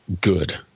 good